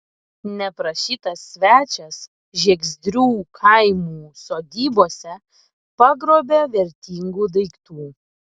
neprašytas svečias žiezdrių kaimų sodybose pagrobė vertingų daiktų